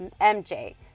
mj